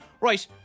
right